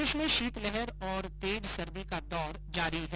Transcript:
प्रदेश में शीतलहर और तेज सर्दी का दौर जारी है